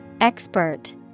Expert